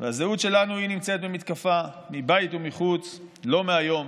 והזהות שלנו נמצאת במתקפה מבית ומחוץ לא מהיום.